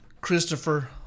Christopher